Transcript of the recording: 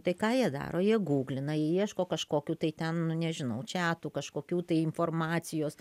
tai ką jie daro jie gūglina jie ieško kažkokių tai ten nu nežinau čiatų kažkokių tai informacijos